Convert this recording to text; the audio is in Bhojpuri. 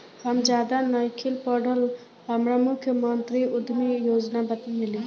हम ज्यादा नइखिल पढ़ल हमरा मुख्यमंत्री उद्यमी योजना मिली?